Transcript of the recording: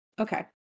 okay